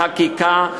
בחקיקה,